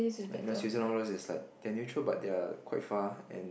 and Switzerland and all those is like neutral but they're quite far and